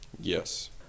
yes